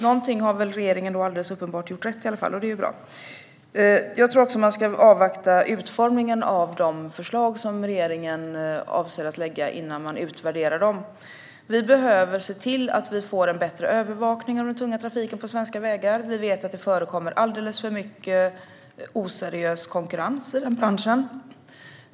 Någonting har väl regeringen i varje fall alldeles uppenbart gjort rätt, och det är bra. Jag tror att man ska avvakta utformningen av de förslag som regeringen avser att lägga fram innan man utvärderar dem. Vi behöver se till att vi får en bättre övervakning av den tunga trafiken på svenska vägar. Vi vet att det förekommer alldeles för mycket oseriös konkurrens i branschen.